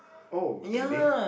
oh really